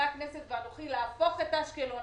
של חברי הכנסת אופיר סופר,